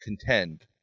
contend